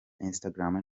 instagram